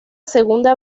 segunda